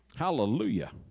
hallelujah